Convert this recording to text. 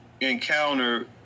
encounter